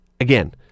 Again